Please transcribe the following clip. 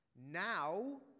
Now